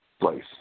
place